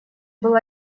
был